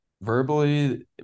verbally